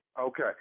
Okay